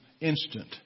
instant